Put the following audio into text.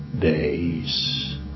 days